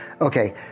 okay